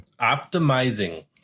optimizing